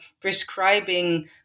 prescribing